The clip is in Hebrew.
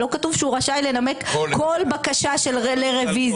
לא כתוב שהוא רשאי לנמק כל בקשה לרוויזיה.